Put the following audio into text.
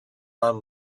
man